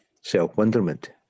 self-wonderment